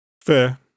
Fair